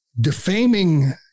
defaming